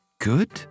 Good